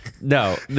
No